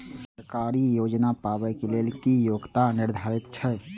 सरकारी योजना पाबे के लेल कि योग्यता निर्धारित छै?